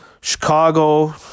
Chicago